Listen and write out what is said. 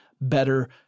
better